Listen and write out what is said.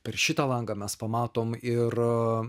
per šitą langą mes pamatom ir